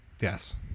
Yes